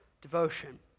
devotion